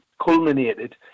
culminated